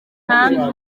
nta